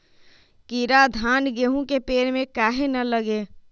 कीरा धान, गेहूं के पेड़ में काहे न लगे?